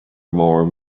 more